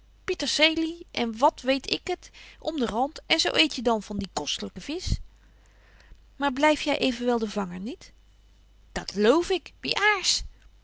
pietersely en wat weet ik het om den rand en zo eet je dan van dien kostelyken visch maar blyf jy evenwel de vanger niet dat lf ik wie